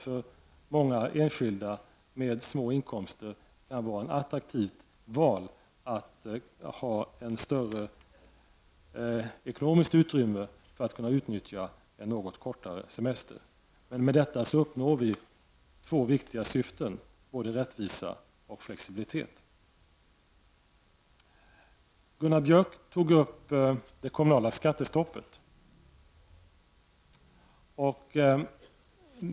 För många enskilda med små inkomster kan det vara ett attraktivt val, för att få ett större ekonomiskt utrymme och kunna utnyttja en något kortare semester. Med detta uppnås två viktiga syften: både rättvisa och flexibilitet. Gunnar Björk tog upp det kommunala skattestoppet.